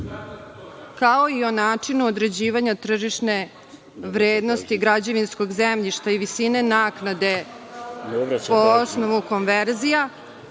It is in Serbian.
kao i o načinu određivanja tržišne vrednosti građevinskog zemljišta i visine naknade po osnovu konverzija,